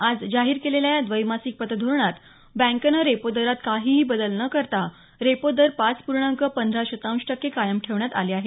आज जाहीर झालेल्या या द्वैमासिक पतधोरणात बँकेनं रेपो दरात काहीही बदल न करता रेपो दर पाच पूर्णांक पंधरा शतांश टक्के कायम ठेवण्यात आले आहेत